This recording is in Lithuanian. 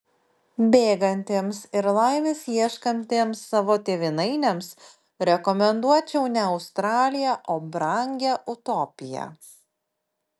bėgantiems ir laimės ieškantiems savo tėvynainiams rekomenduočiau ne australiją o brangią utopiją